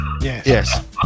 Yes